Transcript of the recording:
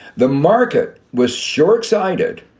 the market was short sighted,